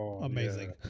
amazing